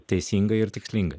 teisingai ir tikslingai